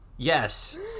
Yes